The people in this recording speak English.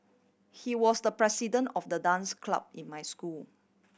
he was the president of the dance club in my school